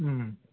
उम्